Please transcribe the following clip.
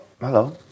hello